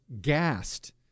gassed